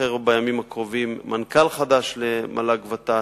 בימים הקרובים ייבחר מנכ"ל חדש למל"ג-ות"ת.